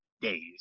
days